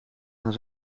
gaan